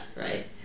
right